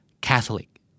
Catholic